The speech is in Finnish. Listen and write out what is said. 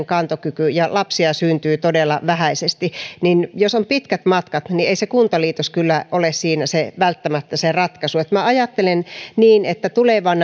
kantokyky ja lapsia syntyy todella vähäisesti niin jos on pitkät matkat niin ei se kuntaliitos kyllä ole siinä välttämättä se ratkaisu minä ajattelen niin että tulevalla